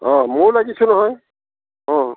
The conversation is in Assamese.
অঁ ময়ো লাগিছো নহয়